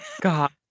God